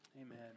Amen